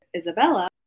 Isabella